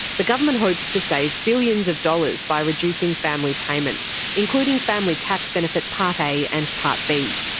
the government hopes to save billions of dollars by reducing family payments, including family tax benefit part a and part b.